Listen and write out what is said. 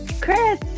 Chris